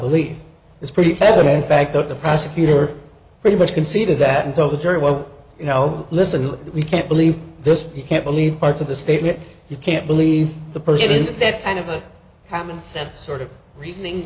believe it's pretty heavily in fact that the prosecutor pretty much conceded that until the jury well you know listen we can't believe this you can't believe parts of the statement you can't believe the person is that kind of a commonsense sort of reasoning